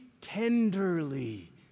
tenderly